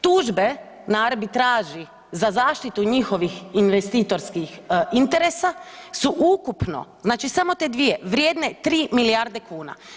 Tužbe na arbitraži za zaštitu njihovih investitorskih interesa su ukupno, znači samo te 2 vrijedne 3 milijarde kuna.